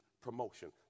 promotion